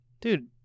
Dude